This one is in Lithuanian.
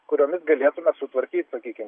kuriomis galėtume sutvarkyt sakykim